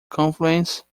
confluence